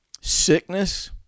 sickness